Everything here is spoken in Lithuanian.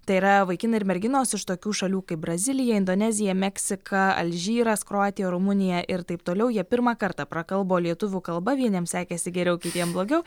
tai yra vaikinai ir merginos iš tokių šalių kaip brazilija indonezija meksika alžyras kroatija rumunija ir taip toliau jie pirmą kartą prakalbo lietuvių kalba vieniem sekėsi geriau kitiem blogiau